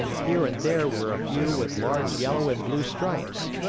here and there were a few with large yellow and blue stripes.